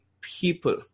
people